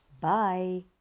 bye